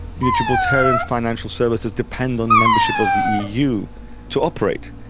the the gibraltarian financial services depend on membership of the eu to operate,